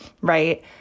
right